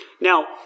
Now